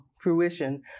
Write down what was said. fruition